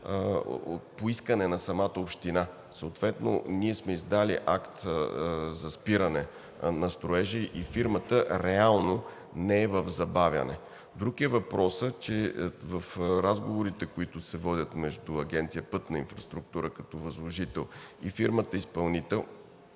по искане на самата община. Съответно ние сме издали акт за спиране на строежа и фирмата реално не е в забавяне. Друг е въпросът, че в разговорите, които се водят между Агенция „Пътна инфраструктура“ като възложител и фирмата изпълнител,